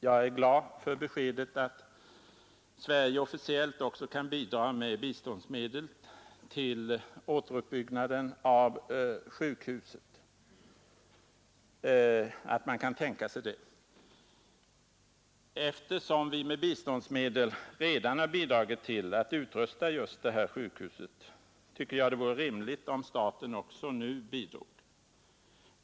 Jag är glad över beskedet att Sverige officiellt också kan tänka sig att med biståndsmedel bidra till återuppbyggnaden av sjukhuset. Eftersom vi med biståndsmedel redan har bidragit till att utrusta just det här sjukhuset, tycker jag det vore rimligt om staten också nu bidrog.